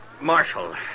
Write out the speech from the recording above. Marshal